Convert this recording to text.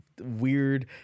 weird